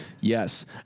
Yes